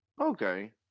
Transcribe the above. okay